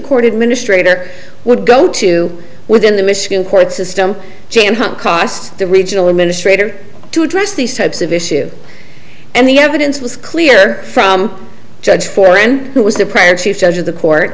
court administrator would go to within the michigan court system jan hunt cost the regional administrator to address these types of issue and the evidence was clear from judge four and who was the prior chief judge of the court